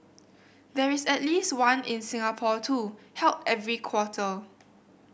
there is at least one in Singapore too held every quarter